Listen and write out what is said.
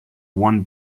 one